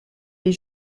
les